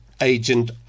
Agent